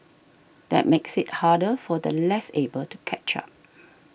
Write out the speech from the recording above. that makes it harder for the less able to catch up